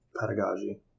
pedagogy